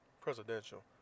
presidential